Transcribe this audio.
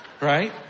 right